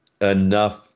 enough